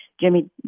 Jimmy